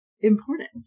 important